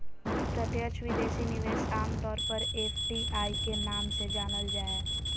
प्रत्यक्ष विदेशी निवेश आम तौर पर एफ.डी.आई के नाम से जानल जा हय